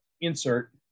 insert